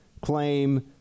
claim